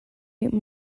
ate